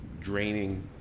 draining